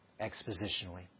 expositionally